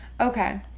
okay